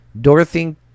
Dorothy